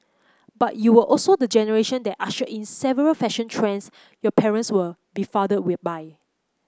but you were also the generation that ushered in several fashion trends your parents were befuddled by